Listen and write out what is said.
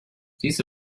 these